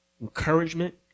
encouragement